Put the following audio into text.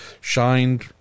shined